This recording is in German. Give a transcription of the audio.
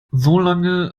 solange